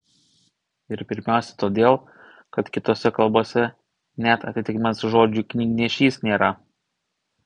ir pirmiausia todėl kad kitose kalbose net atitikmens žodžiui knygnešys nėra